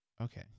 Okay